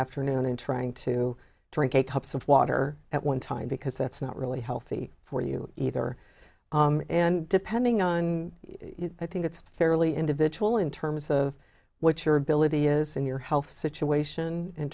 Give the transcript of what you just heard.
afternoon and trying to drink a cup of water at one time because that's not really healthy for you either and depending on you i think it's fairly individual in terms of what your ability is in your health situation in